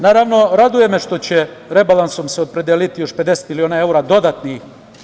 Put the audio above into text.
Naravno, raduje me što će se rebalansom opredeliti još 50 miliona evra dodatnih.